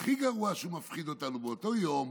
והכי גרוע, שהוא מפחיד אותנו, באותו יום